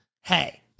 Hey